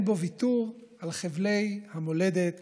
אין בו ויתור על חבלי המולדת